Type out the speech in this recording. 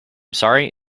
sorry